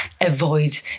avoid